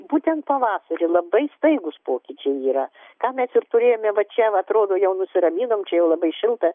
būtent pavasarį labai staigūs pokyčiai yra ką mes ir turėjome va čia va atrodo jau nusiraminom čia jau labai šilta